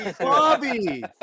Bobby